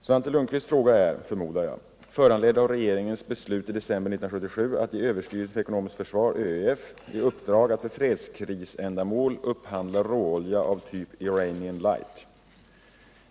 Svante Lundkvists fråga är — förmodar jag — föranledd av regeringens beslut i december 1977 att ge överstyrelsen för ekonomiskt försvar i uppdrag att för fredskrisändamål upphandla råolja av typ Iranian Light.